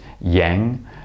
yang